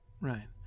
Right